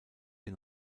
den